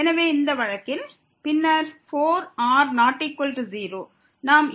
எனவே இந்த வழக்கில் பின்னர் 4r≠0